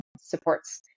supports